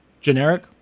generic